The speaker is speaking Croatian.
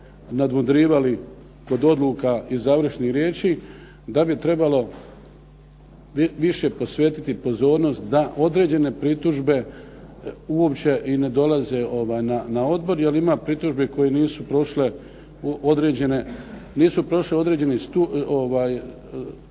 nadmudrivali kod odluka i završnih riječi da bi trebalo više posvetiti pozornost da određene pritužbe uopće i ne dolaze na odbor jer ima pritužbi koje nisu prošle određene razine